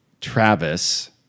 Travis